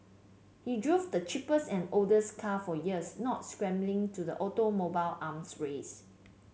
he drove the cheapest and oldest car for years not succumbing to the automobile arms race